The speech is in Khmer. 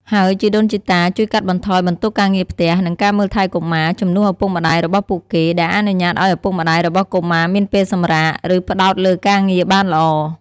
ហើយជីដូនជីតាជួយកាត់បន្ថយបន្ទុកការងារផ្ទះ និងការមើលថែកុមារ ជំនួសឪពុកម្តាយរបស់ពួកគេ ដែលអនុញ្ញាតឱ្យឪពុកម្តាយរបស់កុមារមានពេលសម្រាក ឬផ្តោតលើការងារបានល្អ។